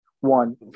one